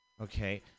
okay